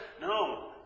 No